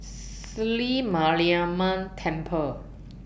Sri Mariamman Temple